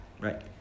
Right